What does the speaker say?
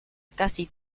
casi